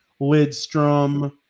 Lidstrom